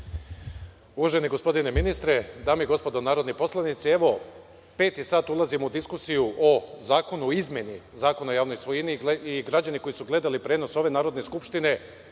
Uvaženi gospodine ministre, dame i gospodo narodni poslanici, evo peti sad ulazimo u diskusiju o Zakonu o izmeni Zakona o javnoj svojini i građani koji su gledali prenos ove Narodne skupštine